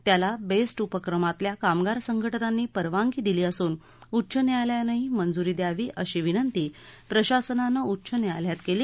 त्याला बेस्ट उपक्रमातल्या कामगार संघटनांनी परवानगी दिली असून उच्च न्यायालयानंही मंजुरी द्यावी अशी विनंती प्रशासनां उच्च न्यायालयात केली